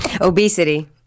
Obesity